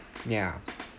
ya